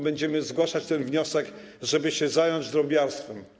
Będziemy zgłaszać ten wniosek, żeby zająć się drobiarstwem.